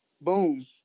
Boom